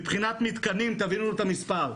מבחינת מתקנים תבינו את המספרים: